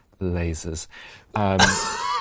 lasers